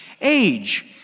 age